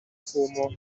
fumo